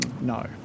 no